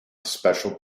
special